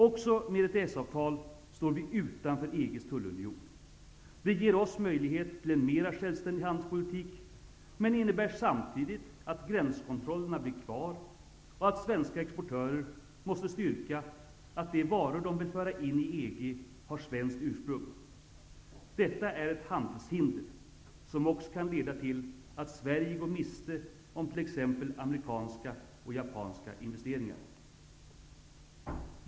Också med ett EES-avtal står vi utanför EG:s tullunion. Det ger oss möjligheter till en mera självständig handelspolitik men innebär samtidigt att gränskontrollerna blir kvar och att svenska exportörer måste styrka att de varor de vill föra in i EG har svenskt ursprung. Detta är ett handelshinder som också kan leda till att Sverige går miste om t.ex. amerikanska och japanska investeringar.